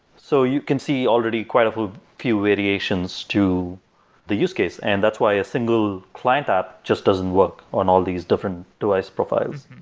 so you can see already quite a few variations to the use case, and that's why a single client app just doesn't work on all these different device profiles.